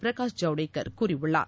பிரகாஷ் ஜவடேகர் கூறியுள்ளார்